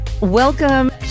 Welcome